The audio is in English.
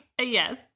Yes